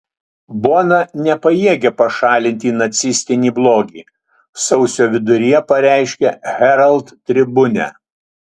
bona nepajėgia pašalinti nacistinį blogį sausio viduryje pareiškė herald tribune